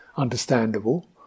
understandable